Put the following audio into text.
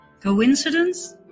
Coincidence